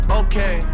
okay